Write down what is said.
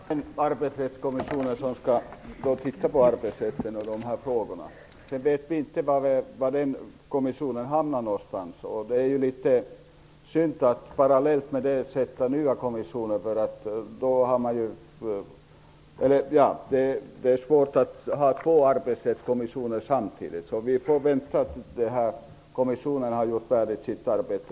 Herr talman! Arbetsrättskommissionen skall titta på arbetsrätten o.d. Vi vet inte var kommissionen hamnar. Det vore svårt att ha två arbetsrättskommissioner samtidigt. Vi får därför vänta tills Arbetsrättskommissionen är färdig med sitt arbete.